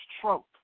Trump